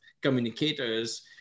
communicators